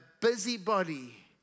busybody